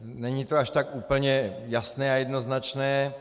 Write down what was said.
Není to až tak úplně jasné a jednoznačné.